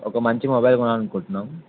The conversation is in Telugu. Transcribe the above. ఒక మంచి మొబైల్ కొనాలి అనుకుంటున్నాం